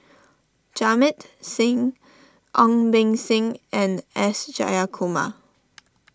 Jamit Singh Ong Beng Seng and S Jayakumar